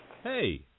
Hey